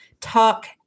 talk